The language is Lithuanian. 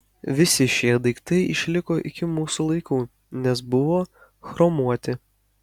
visi šie daiktai išliko iki mūsų laikų nes buvo chromuoti